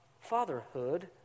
fatherhood